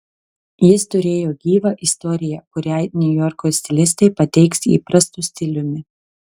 jis turėjo gyvą istoriją kurią niujorko stilistai pateiks įprastu stiliumi